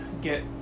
get